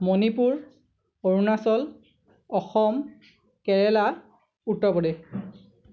Manipur Arunachal Assam Kerala Uttar Pradesh